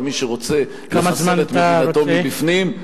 למי שרוצה לחסל את מדינתו מבפנים,